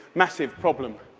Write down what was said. massive problem.